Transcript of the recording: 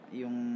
yung